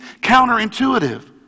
counterintuitive